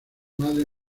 madre